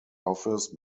office